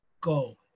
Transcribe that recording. go